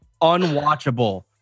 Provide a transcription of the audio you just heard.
unwatchable